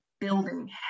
building